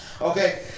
Okay